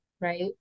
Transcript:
right